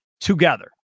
together